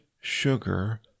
sugar